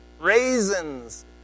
raisins